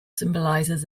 symbolizes